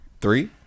Three